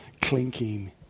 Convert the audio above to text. clinking